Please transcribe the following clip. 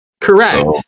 Correct